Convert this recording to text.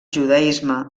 judaisme